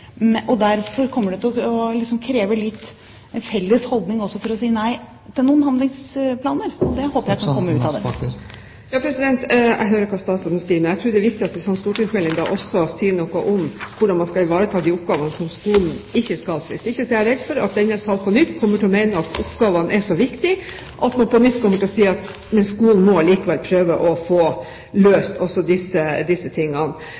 og derfor kommer det til å kreve en felles holdning også til å si nei til noen handlingsplaner. Det håper jeg kan komme ut av det. Jeg hører hva statsråden sier, men jeg tror det er viktig at vi får en stortingsmelding som også sier noe om hvordan man skal ivareta de oppgavene som skolen ikke skal ha, for hvis ikke er jeg redd for at denne sal på nytt kommer til å mene at oppgavene er så viktige at man på nytt kommer til å si at skolen må allikevel prøve å få løst også disse tingene.